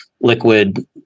liquid